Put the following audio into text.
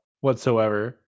whatsoever